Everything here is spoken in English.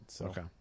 Okay